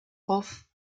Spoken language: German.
hof